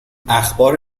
اخبار